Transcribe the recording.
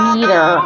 Meter